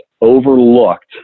overlooked